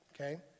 okay